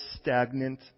stagnant